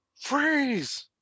freeze